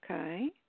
Okay